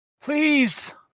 Please